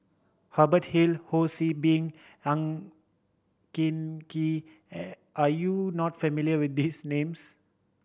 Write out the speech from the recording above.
Hubert Hill Ho See Beng Ang Hin Kee I are you not familiar with these names